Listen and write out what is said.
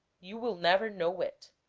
you will never know it